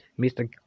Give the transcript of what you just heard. Mr